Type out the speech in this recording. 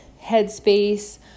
headspace